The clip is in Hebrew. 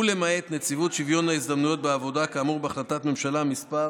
ולמעט נציבות שוויון ההזדמנויות בעבודה כאמור בהחלטת ממשלה מס'